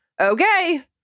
okay